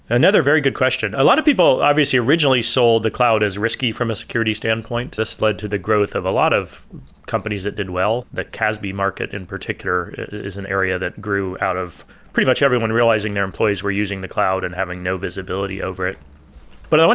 another very good question. a lot of people obviously originally saw the cloud as risky from a security standpoint to sled to the growth of a lot of companies that did well, that casb market in particular is an area that grew out of pretty much everyone realizing their employees we're using the cloud and having no visibility over it but on one